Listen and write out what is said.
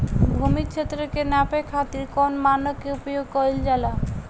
भूमि क्षेत्र के नापे खातिर कौन मानक के उपयोग कइल जाला?